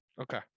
okay